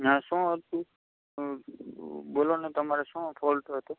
ના શું હતું બોલો ને તમારે શું ફૉલ્ટ હતો